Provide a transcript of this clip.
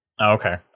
okay